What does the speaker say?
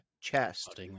chest